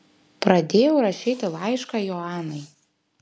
pradėjau rašyti laišką joanai